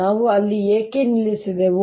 ನಾವು ಅಲ್ಲಿ ಏಕೆ ನಿಲ್ಲಿಸಿದೆವು